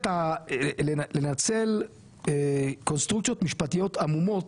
לנצל קונסטרוקציות משפטיות עמומות,